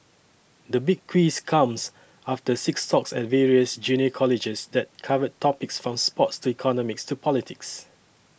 the Big Quiz comes after six talks at various junior colleges that covered topics from sports to economics to politics